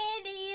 idiot